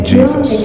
Jesus